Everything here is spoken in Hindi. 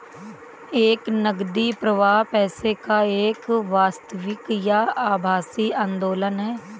एक नकदी प्रवाह पैसे का एक वास्तविक या आभासी आंदोलन है